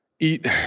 eat